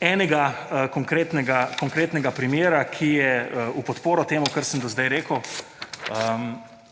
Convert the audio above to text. enega konkretnega primera, ki je v podporo temu, kar sem do zdaj rekel,